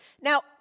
Now